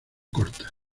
cortas